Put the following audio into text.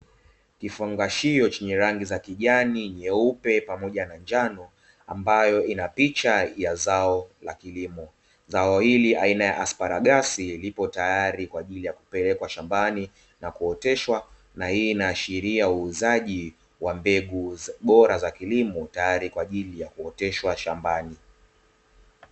Kifungashio chenye rangi za kijani, nyeupe pamoja na njano ambayo ina picha ya zao la kilimo, zao hili aina ya "Asparagus" lipo tayari kwajili ya kupelekwa shambani na kuoteshwa, na hii inaashiria uuzaji wa mbegu bora za kilimo tayari kwajili ya kuoteshwa shambani.